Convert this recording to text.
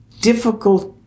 difficult